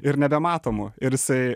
ir nebematomu ir jisai